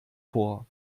vor